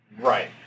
Right